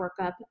workup